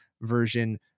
version